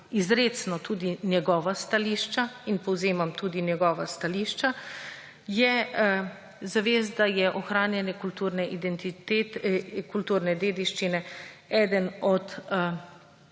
izrecno tudi njegova stališča in povzemam tudi njegova stališča, je zavest, da je ohranjanje kulturne dediščine eden od